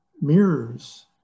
mirrors